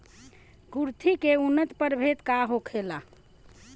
कुलथी के उन्नत प्रभेद का होखेला?